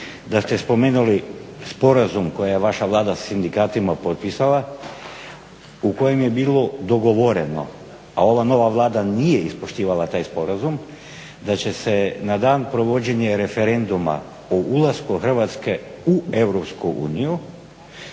da ste spomenuli sporazum koji je vaša Vlada sindikatima potpisala u kojem je bilo dogovoreno, a ova nova Vlada nije ispoštivala taj sporazum, da će se na dan provođenja referenduma o ulasku Hrvatske u EU